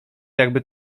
jakby